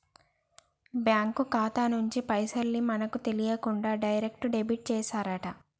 bank ఖాతా నుంచి పైసల్ ని మనకు తెలియకుండా డైరెక్ట్ డెబిట్ చేశారట